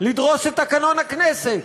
לדרוס את תקנון הכנסת,